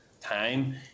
time